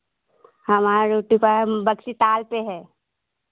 हमार ताल पे है